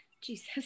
Jesus